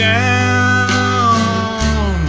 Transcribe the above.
down